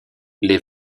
les